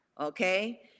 okay